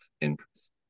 interest